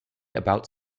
about